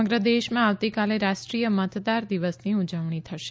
સમગ્ર દેશમાં આવતીકાલે રાષ્ટ્રીય મતદાર દિવસની ઉજવણી થશે